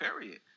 period